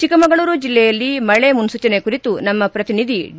ಚಿಕ್ಕಮಗಳೂರು ಜಲ್ಲೆಯಲ್ಲಿ ಮಳೆ ಮುನ್ನೂಚನೆ ಕುರಿತು ನಮ್ಮ ಪ್ರತಿನಿಧಿ ಡಿ